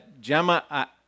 Gemma